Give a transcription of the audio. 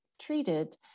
treated